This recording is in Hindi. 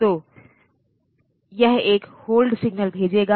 तो यह एक होल्ड सिग्नल भेजेगा